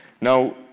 Now